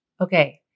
okay